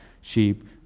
sheep